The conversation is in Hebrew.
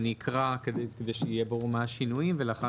אני אקרא כדי שיהיה ברור מה השינויים ולאחר